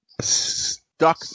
stuck